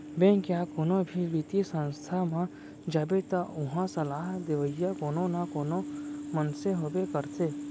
bank या कोनो भी बित्तीय संस्था म जाबे त उहां सलाह देवइया कोनो न कोनो मनसे होबे करथे